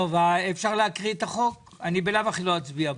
אפשר להקריא את החוק, אני בלאו הכי לא אצביע בסוף.